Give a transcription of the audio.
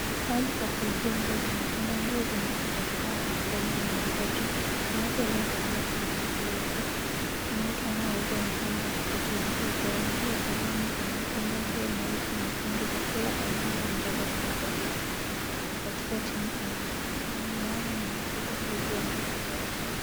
Pahali pa kuuzia nguo za mitumba, nguo zimewekwa katika hanger fulani zimewekwa juu. Kuna watu waliotembea kununua nguo hizo na watu wanaouza wamesimama Katika juu ya nguo zao. Nguo za long'i za mitumba, nguo nyeusi, nyekundu za kila aina zimejaza vibanda hivyo. Na katika chini kuna mawe na vitu vilivyoanguka chafu .